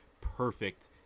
perfect